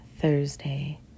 thursday